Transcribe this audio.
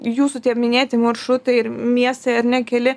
jūsų tie minėti maršrutai ir miestai ar ne keli